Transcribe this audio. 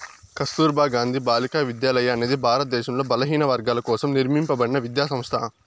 కస్తుర్బా గాంధీ బాలికా విద్యాలయ అనేది భారతదేశంలో బలహీనవర్గాల కోసం నిర్మింపబడిన విద్యా సంస్థ